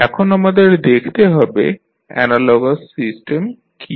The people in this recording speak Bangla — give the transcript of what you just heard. এখন আমাদের দেখতে হবে অ্যানালগাস সিস্টেম কী